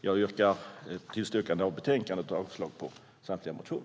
Jag yrkar bifall till förslaget i betänkandet och avslag på samtliga motioner.